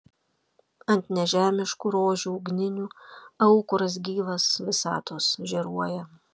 ant nežemiškų rožių ugninių aukuras gyvas visatos žėruoja